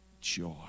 joy